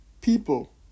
people